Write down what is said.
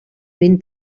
ben